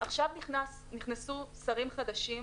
עכשיו נכנסו שרים חדשים,